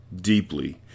deeply